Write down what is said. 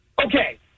Okay